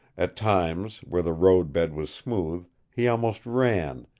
at times, where the road-bed was smooth, he almost ran,